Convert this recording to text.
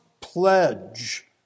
pledge